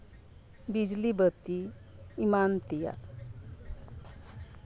ᱵᱤᱡᱽᱞᱤ ᱵᱟᱛᱤ ᱮᱢᱟᱱ ᱛᱮᱭᱟᱜ